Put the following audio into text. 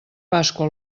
pasqua